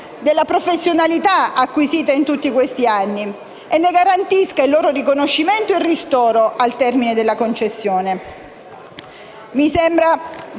della professionalità acquisita in tutti questi anni e ne garantisca il loro riconoscimento e ristoro al termine della concessione.